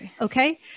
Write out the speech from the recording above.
okay